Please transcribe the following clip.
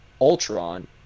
Ultron